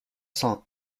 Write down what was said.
cent